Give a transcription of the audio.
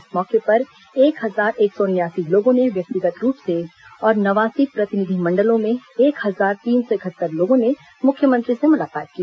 इस मौके पर एक हजार एक सौ उनयासी लोगों ने व्यक्तिगत रूप से और नवासी प्रतिनिधिमंडलों में एक हजार तीन सौ इकहत्तर लोगों ने मुख्यमंत्री से मुलाकात की